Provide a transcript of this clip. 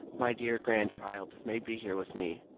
my dear grandchild, may be here with me.